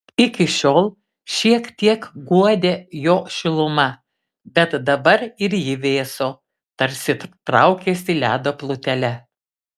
iki šiol šiek tiek guodė jo šiluma bet dabar ir ji vėso tarsi traukėsi ledo plutele